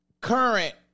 current